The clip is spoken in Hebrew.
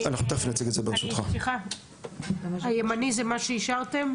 אז הקטנצ'יק הזה זה מה שאתם אישרתם?